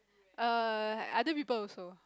err other people also